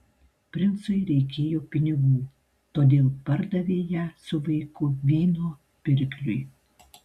princui reikėjo pinigų todėl pardavė ją su vaiku vyno pirkliui